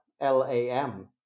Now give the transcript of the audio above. L-A-M